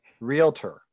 Realtor